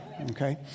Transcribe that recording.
Okay